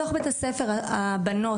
בתוך בית הספר הבנות,